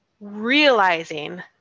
Realizing